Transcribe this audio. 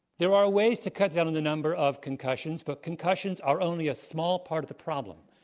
there are ways to cut down on the number of concussions, but concussions are only a small part of the problem.